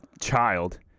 child